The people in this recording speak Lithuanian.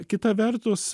kita vertus